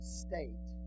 state